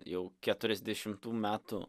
jau keturiasdešimtų metų